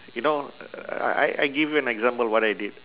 you know uh I I give you an example what I did